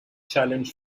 challenge